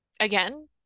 Again